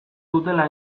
dutela